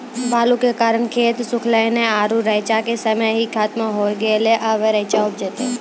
बालू के कारण खेत सुखले नेय आरु रेचा के समय ही खत्म होय गेलै, अबे रेचा उपजते?